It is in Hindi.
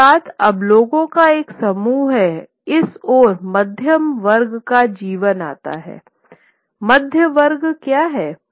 दूसरी बात अब लोगों का एक समूह है इस ओर मध्यम वर्ग का जीवन जाता है मध्यवर्ग क्या है